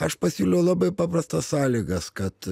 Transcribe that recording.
aš pasiūliau labai paprastas sąlygas kad